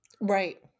Right